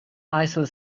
aisle